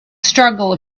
struggle